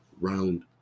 round